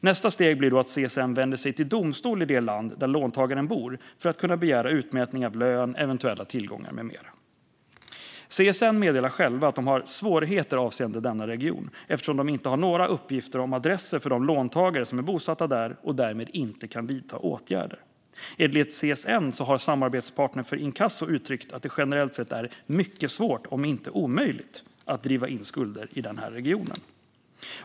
Nästa steg blir då att CSN vänder sig till domstol i det land där låntagaren bor för att kunna begära utmätning av lön, eventuella tillgångar med mera. CSN meddelar själva att de har svårigheter avseende denna region, eftersom de inte har några uppgifter om adresser till de låntagare som är bosatta där och därmed inte kan vidta åtgärder. Enligt CSN har samarbetspartnern för inkasso uttryckt att det generellt sett är mycket svårt, om inte omöjligt, att driva in skulder i den här regionen.